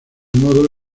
modo